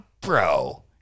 bro